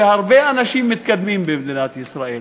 והרבה אנשים מתקדמים במדינת ישראל,